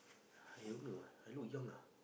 I don't know ah I look young ah